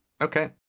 Okay